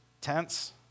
tense